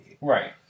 Right